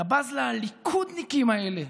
אתה בז לליכודניקים האלה,